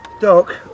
Doc